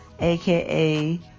aka